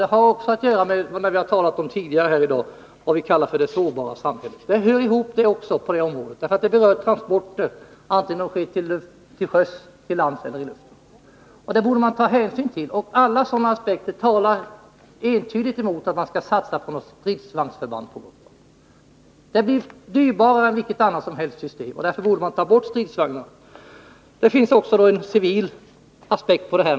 Det har också att göra med det som vi har talat om tidigare här i dag, det vi kallade för det sårbara samhället. Det hör ihop också med de frågor som rör detta område. Det berör nämligen transporter, oavsett om de sker till sjöss, till lands eller i luften. Detta borde man ta hänsyn till. Alla sådana aspekter talar entydigt emot att man skall satsa på stridsvagnsförband på Gotland. Det blir dyrbarare än vilket annat system som helst, och därför borde man ta bort stridsvagnarna. Man kan givetvis också lägga civila aspekter på detta.